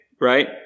right